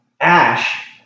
Ash